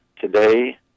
Today